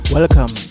Welcome